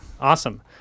awesome